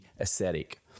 aesthetic